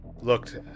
looked